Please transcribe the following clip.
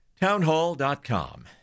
Townhall.com